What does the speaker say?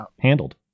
handled